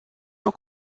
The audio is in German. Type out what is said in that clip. nur